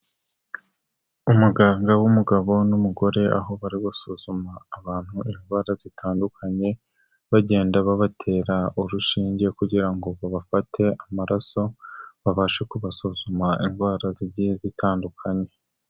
Umuganga w'umugabo n'umugore, aho bari gusuzuma abantu indwara zitandukanye, bagenda babatera urushinge kugira ngo bafate amaraso, babashe kubasuzuma indwara zigiye zitandukanye.